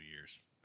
years